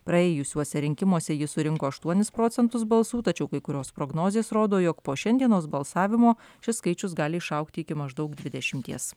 praėjusiuose rinkimuose ji surinko aštuonis procentus balsų tačiau kai kurios prognozės rodo jog po šiandienos balsavimo šis skaičius gali išaugti iki maždaug dvidešimties